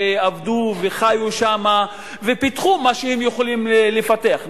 ועבדו וחיו שם ופיתחו מה שיכולים לפתח.